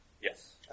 Yes